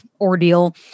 ordeal